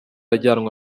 ajyanwa